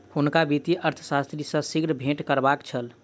हुनका वित्तीय अर्थशास्त्री सॅ शीघ्र भेंट करबाक छल